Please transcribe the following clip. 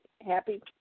happy